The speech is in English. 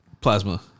Plasma